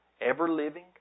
ever-living